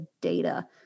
data